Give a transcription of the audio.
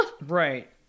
Right